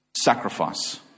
Sacrifice